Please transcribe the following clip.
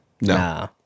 nah